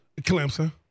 Clemson